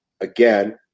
Again